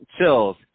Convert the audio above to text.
Chills